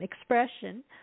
expression